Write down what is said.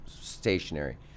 stationary